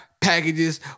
packages